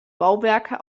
bauwerke